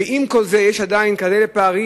ועם כל זה עדיין יש כאלה פערים,